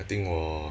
I think 我